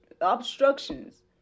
obstructions